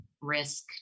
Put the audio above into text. risk